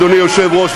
אדוני היושב-ראש,